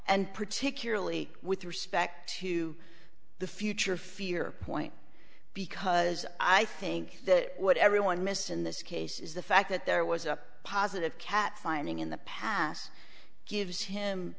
and particularly with respect to the future fear point because i think that what everyone missed in this case is the fact that there was a positive cat finding in the past gives him